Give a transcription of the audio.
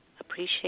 Appreciate